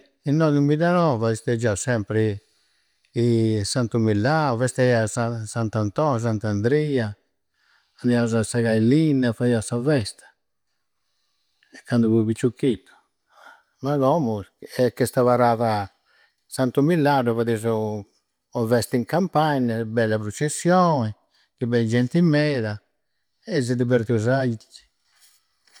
Innoga in biddanoa festeggiau sempri Santu Millau, festa ea. Sant'Antoi, Sant'Andria. Andausu a segai linna, fadia sa festa. Candu fui piccioccheddu. Ma commu. È ca este aparrada Santu Millanu, fadeusu ua festa in campagna, ua bella prcessioi, chi bei genti meda. E si divverteusu aicci.